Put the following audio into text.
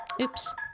Oops